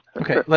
Okay